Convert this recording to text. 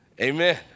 Amen